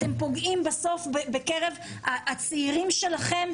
אתם פוגעים בסוף בקרב הצעירים שלכם,